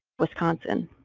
wisconsin.